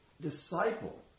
disciple